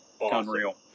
unreal